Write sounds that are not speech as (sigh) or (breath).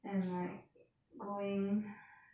and like going (breath)